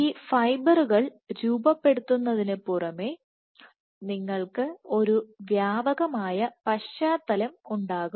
ഈ ഫൈബറുകൾ രൂപപ്പെടുത്തുന്നതിനു പുറമേ നിങ്ങൾക്ക് ഒരു വ്യാപകമായ പശ്ചാത്തലം ഉണ്ടാകും